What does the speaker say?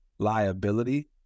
liability